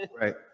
Right